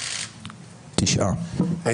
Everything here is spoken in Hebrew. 9 נמנעים, אין לא אושרו.